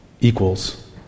equals